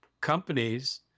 companies